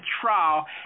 trial